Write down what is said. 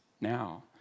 now